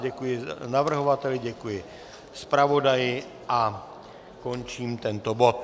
Děkuji navrhovateli, děkuji zpravodaji a končím tento bod.